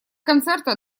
концерта